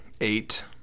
eight